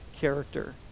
character